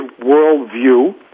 worldview